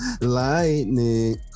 Lightning